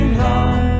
long